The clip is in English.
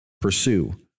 pursue